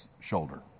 shoulder